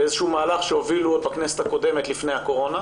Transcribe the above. ואיזשהו מהלך שהובילו עוד בכנסת הקודמת לפני הקורונה.